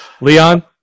Leon